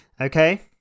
Okay